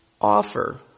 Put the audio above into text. offer